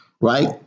right